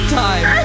time